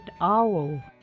owl